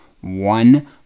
one